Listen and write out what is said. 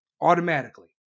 Automatically